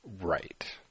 Right